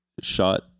shot